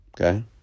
Okay